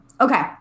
Okay